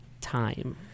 time